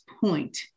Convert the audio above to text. point